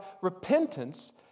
repentance